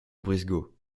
brisgau